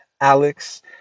Alex